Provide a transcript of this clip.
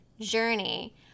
journey